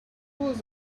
was